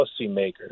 policymakers